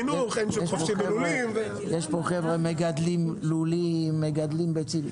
אולי נכלול גם את זה בהסכמות.